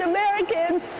Americans